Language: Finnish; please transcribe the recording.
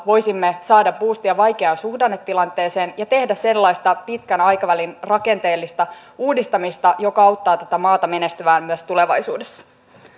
voisimme saada buustia vaikeaan suhdannetilanteeseen ja tehdä sellaista pitkän aikavälin rakenteellista uudistamista joka auttaa tätä maata menestymään myös tulevaisuudessa